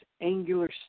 angular